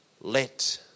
let